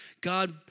God